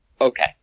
Okay